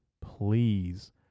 Please